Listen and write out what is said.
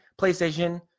PlayStation